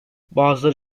bazıları